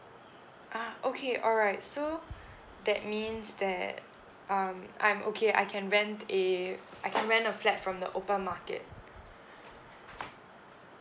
ah okay alright so that means that um I'm okay I can rent a I can rent a flat from the open market